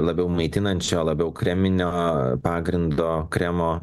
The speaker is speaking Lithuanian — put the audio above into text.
labiau maitinančio labiau kreminio pagrindo kremo